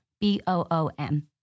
B-O-O-M